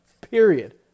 Period